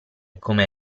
come